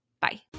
Bye